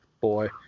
boy